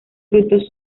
frutos